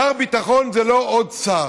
שר ביטחון זה לא עוד שר.